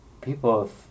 people